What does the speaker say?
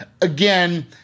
again